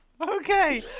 Okay